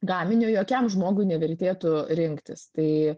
gaminio jokiam žmogui nevertėtų rinktis tai